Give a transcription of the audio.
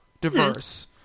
diverse